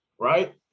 right